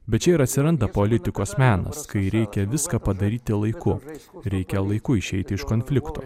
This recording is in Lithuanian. bet čia ir atsiranda politikos menas kai reikia viską padaryti laiku reikia laiku išeiti iš konflikto